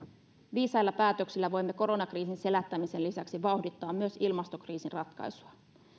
viisailla päätöksillä voimme koronakriisin selättämisen lisäksi vauhdittaa myös ilmastokriisin ratkaisua